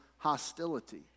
Hostility